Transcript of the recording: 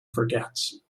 forgets